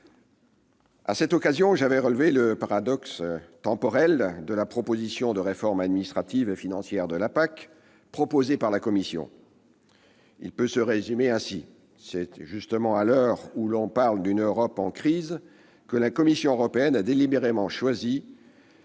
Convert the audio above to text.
À cette occasion, j'avais relevé le paradoxe temporel de la proposition de réforme administrative et financière de la PAC proposée par la Commission. Il peut se résumer ainsi : c'est justement à l'heure où l'on parle d'une Europe en crise que la Commission européenne a délibérément choisi